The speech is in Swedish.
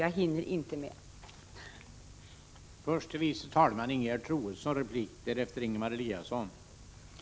Jag hinner inte säga mer nu.